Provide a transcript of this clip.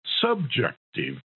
subjective